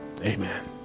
Amen